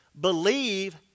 Believe